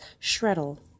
Shreddle